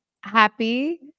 happy